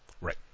right